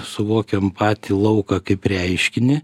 suvokiam patį lauką kaip reiškinį